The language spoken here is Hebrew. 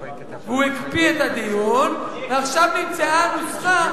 הוא הקפיא את הדיון, ועכשיו נמצאה הנוסחה.